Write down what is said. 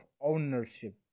ownership